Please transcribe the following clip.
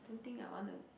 don't think I want to